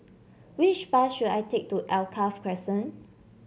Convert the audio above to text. which bus should I take to Alkaff Crescent